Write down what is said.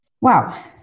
Wow